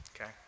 okay